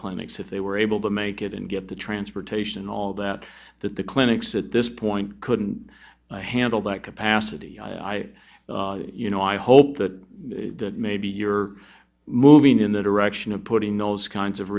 clinics if they were able to make it and get the transportation all that that the clinics at this point couldn't handle that capacity i you know i hope that maybe you're moving in the direction of putting those kinds of